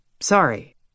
sorry